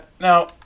Now